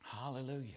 Hallelujah